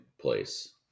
place